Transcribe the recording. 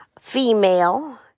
female